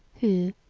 who,